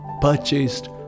purchased